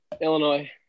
Illinois